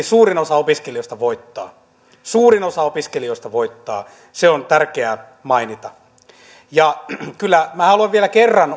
suurin osa opiskelijoista voittaa suurin osa opiskelijoista voittaa se on tärkeää mainita ja kyllä minä haluan vielä kerran